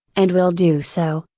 and will do so,